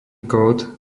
kód